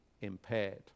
impaired